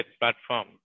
platform